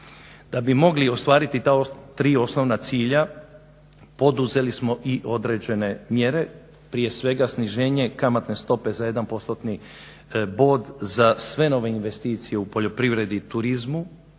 Da bi mogli ostvariti ta tri osnovna cilja poduzeli smo i određene mjere prije svega sniženje kamatne stope za jedan postotni bod za sve nove investicije u poljoprivredi i turizmu,